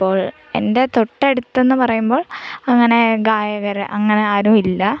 അപ്പോൾ എൻ്റെ തൊട്ടടുത്തെന്ന് പറയുമ്പോൾ അങ്ങനെ ഗായകർ അങ്ങനെ ആരും ഇല്ല